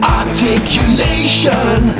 articulation